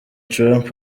trump